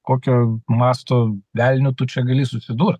kokio masto velniu tu čia gali susidurt